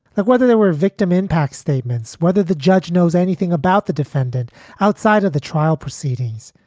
like whether they were victim impact statements, whether the judge knows anything about the defendant outside of the trial proceedings,